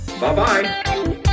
Bye-bye